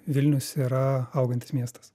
vilnius yra augantis miestas